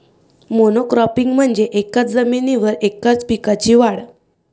monocropping म्हणजे एकाच जमिनीवर एकाच पिकाची वाढ